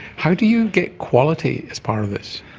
how do you get quality as part of this?